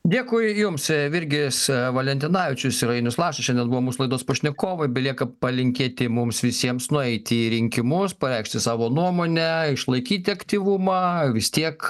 dėkui jums virgis valentinavičius ir ainius lašas šiandien buvo mūsų laidos pašnekovai belieka palinkėti mums visiems nueiti į rinkimus pareikšti savo nuomonę išlaikyti aktyvumą vis tiek